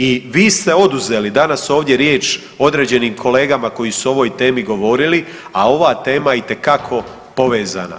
I vi ste oduzeli danas ovdje riječ određenim kolegama koji su o ovoj temi govorili, a ova tema itekako povezana.